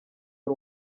ari